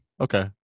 Okay